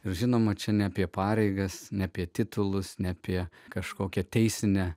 ir žinoma čia ne apie pareigas ne apie titulus ne apie kažkokią teisinę